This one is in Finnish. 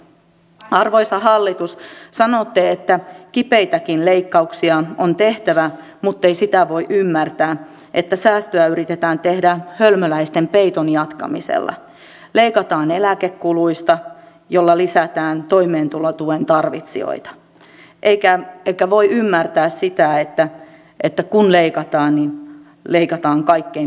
arvoisa hallitus sanotte että kipeitäkin leikkauksia on tehtävä muttei sitä voi ymmärtää että säästöä yritetään tehdä hölmöläisten peiton jatkamisella leikataan eläkekuluista millä lisätään toimeentulotuen tarvitsijoita eikä voi ymmärtää sitä että kun leikataan niin leikataan kaikkein pienituloisimmilta